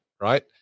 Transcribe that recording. right